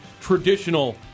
traditional